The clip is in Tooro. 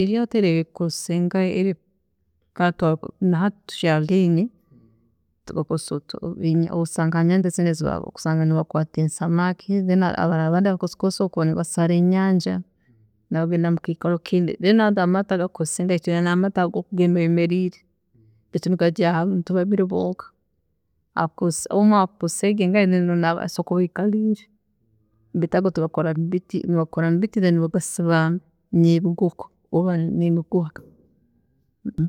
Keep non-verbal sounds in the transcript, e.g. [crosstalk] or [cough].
﻿Eryaato eri erikukozesa enkasi, [unintelligible] akantu ako nahati tukyakaine, tukakozesa osanga ha nyanja zinu ezi osanga nibakwaata ensamaaki then abarala abandi nibakakozesa kusala enyanja nibagenda mukiikaro kindi. Then ago amaato ago agakusinga nigaba amaato agu orikugenda oyemeriire, baitu nigajyaaho abantu babiri bonka, omu- omu akozesa enkasi ayikaliire baitu ago bagakora mubiti kandi bagasiba nebigogo oba nemiguha.